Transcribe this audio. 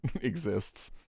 exists